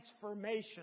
transformation